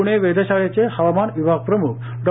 पुणे वेधशाळेचे हवामानविभागप्रमुख डॉ